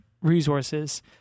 resources